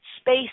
space